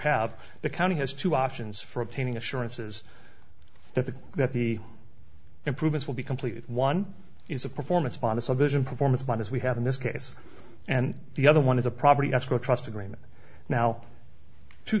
have the county has two options for obtaining assurances that the that the improvements will be completed one is a performance upon the submission performance much as we have in this case and the other one is a property escrow trust agreement now two